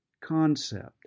concept